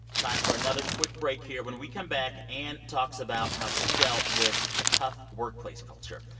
time for another quick break here. when we come back, ann talks about how she dealt with a tough workplace culture.